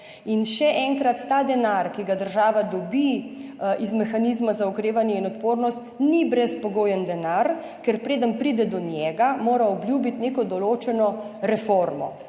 Še enkrat, ta denar, ki ga država dobi iz Mehanizma za okrevanje in odpornost, ni brezpogojen denar, ker preden pride do njega, mora obljubiti neko določeno reformo.